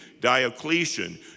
Diocletian